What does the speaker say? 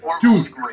dude